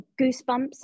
goosebumps